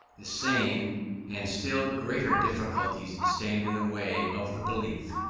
the same and still greater difficulties stand in the way of the belief,